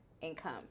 income